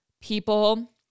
people